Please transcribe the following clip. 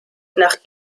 nach